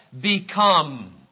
become